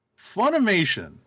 Funimation